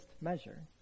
measure